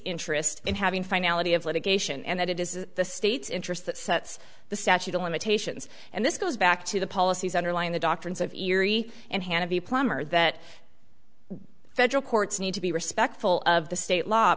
interest in having finality of litigation and that it is the state's interest that sets the statute of limitations and this goes back to the policies underlying the doctrines of erie and hand of the plumber that federal courts need to be respectful of the state law